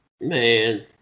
Man